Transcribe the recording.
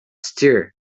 stir